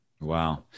Wow